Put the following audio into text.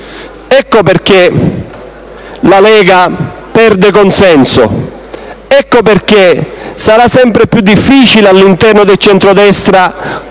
Ecco perché la Lega perde consenso. Ecco perché sarà sempre più difficile, all'interno del centrodestra,